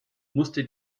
musste